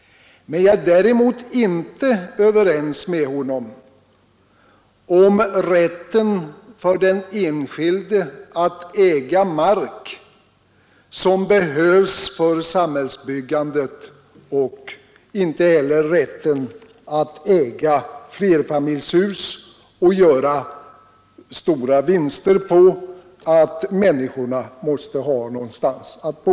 Jag är däremot inte överens med honom om rätten för den enskilde att äga mark som behövs för samhällsbyggandet och inte heller om rätten att äga flerfamiljshus och göra stora vinster på att människorna måste ha någonstans att bo.